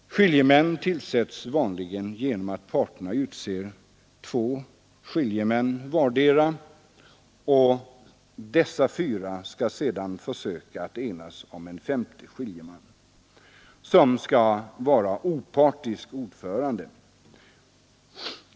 Skiljemän tillsätts vanligen genom att parterna utser två skiljemän vardera, och dessa fyra skall sedan försöka att enas om en femte skiljeman, som skall vara opartisk ordförande.